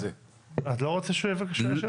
הסיפור המקוון - צריך להכניס את הודעות ה-SMS.